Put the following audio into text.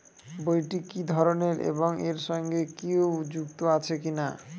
বইটি কি ধরনের এবং এর সঙ্গে কেউ যুক্ত আছে কিনা?